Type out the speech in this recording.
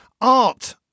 Art